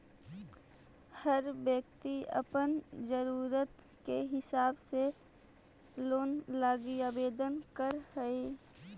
हर व्यक्ति अपन ज़रूरत के हिसाब से लोन लागी आवेदन कर हई